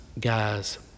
guys